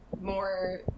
more